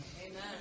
Amen